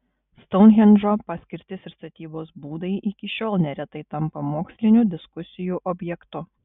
stounhendžo paskirtis ir statybos būdai iki šiol neretai tampa mokslinių diskusijų objektu